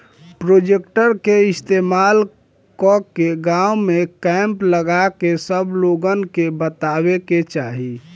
projector के इस्तेमाल कके गाँव में कैंप लगा के सब लोगन के बतावे के चाहीं